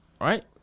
Right